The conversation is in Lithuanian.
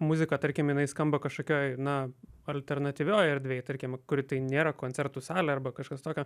muzika tarkim jinai skamba kažkokioj na alternatyvioj erdvėj tarkim kuri tai nėra koncertų salė arba kažkas tokio